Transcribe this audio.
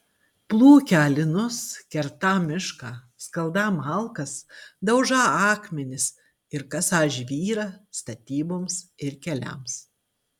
plūkią linus kertą mišką skaldą malkas daužą akmenis ir kasą žvyrą statyboms ir keliams